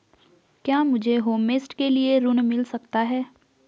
क्या मुझे होमस्टे के लिए ऋण मिल सकता है?